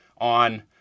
on